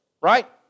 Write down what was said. right